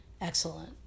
excellent